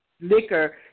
liquor